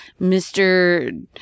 Mr